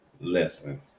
Listen